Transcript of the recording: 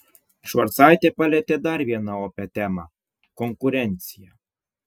švarcaitė palietė dar vieną opią temą konkurenciją